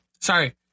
Sorry